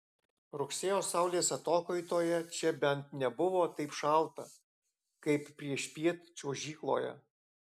rugsėjo saulės atokaitoje čia bent nebuvo taip šalta kaip priešpiet čiuožykloje